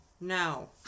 No